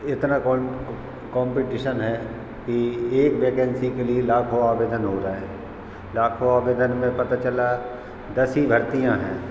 इतना कोन कॉम्पिटिसन है कि एक वैकेंसी के लिए लाखों आवेदन हो रहा है लाखों आवएदन में पता चला दस ही भर्तियाँ हैं